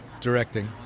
directing